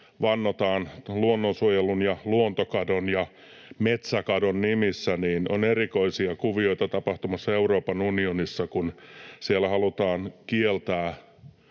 vannotaan luonnonsuojelun ja luontokadon ja metsäkadon nimissä, on erikoisia kuvioita tapahtumassa Euroopan unionissa, kun siellä halutaan kieltää